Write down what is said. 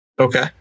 Okay